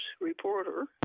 reporter